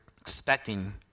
expecting